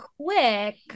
quick